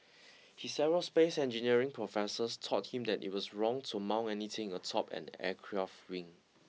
his aerospace engineering professors taught him that it was wrong to mount anything atop an aircraft wing